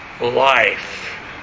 life